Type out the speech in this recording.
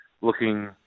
looking